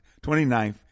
29th